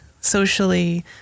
socially